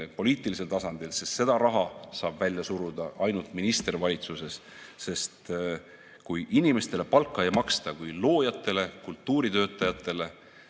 poliitilisel tasandil, sest seda raha saab välja suruda ainult minister valitsuses. Kui inimestele palka ei maksta, kui loojatele, kultuuritöötajatele,